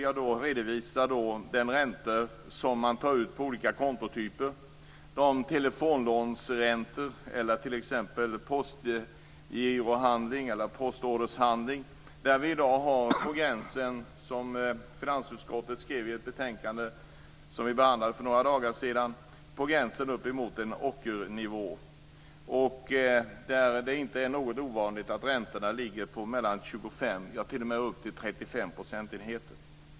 Jag vill peka på de räntor som man tar ut på olika kontotyper. Det gäller t.ex. räntor på telefonlån och i postorderhandeln. Som finansutskottet skrev i ett betänkande som vi behandlade för några dagar sedan ligger de på gränsen till ockernivå. Det är inte ovanligt att räntorna ligger på 25 % och t.o.m. upp till 35 %.